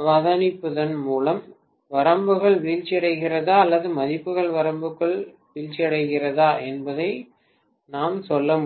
அவதானிப்பதன் மூலம் வரம்புகள் வீழ்ச்சியடைகிறதா அல்லது மதிப்புகள் வரம்பிற்குள் வீழ்ச்சியடைகிறதா என்பதை நாம் சொல்ல முடியும்